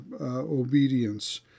obedience